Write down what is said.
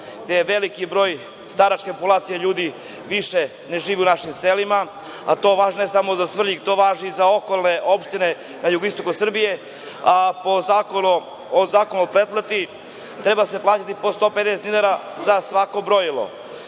je veliki broj staračke populacije, ljudi više ne žive u našim selima, a to ne važi samo za Svrljig, to važi i za okolne opštine na jugoistoku Srbije, a po Zakonu o pretplati treba se plaćati po 150 dinara za svako brojilo,